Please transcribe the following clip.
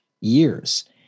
years